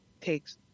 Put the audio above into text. takes